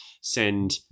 send